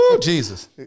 Jesus